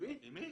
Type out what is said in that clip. עם מי?